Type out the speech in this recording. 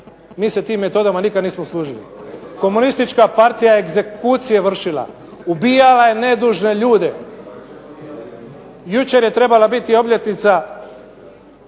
Mi se tim metodama nikada nismo služili. Komunistička partija je egzekucije vršila, ubijala je nedužne ljude. Jučer je trebala biti obljetnica